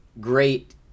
great